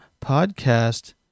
podcast